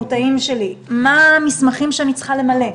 מה המסמכים שאני צריכה למלא.